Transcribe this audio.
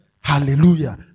Hallelujah